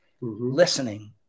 listening